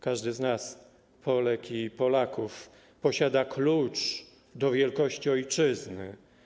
Każdy z nas, Polek i Polaków, posiada klucz do wielkości ojczyzny.